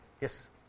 Yes